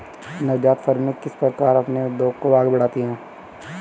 नवजात फ़र्में किस प्रकार अपने उद्योग को आगे बढ़ाती हैं?